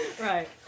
Right